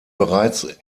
bereits